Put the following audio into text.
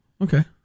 okay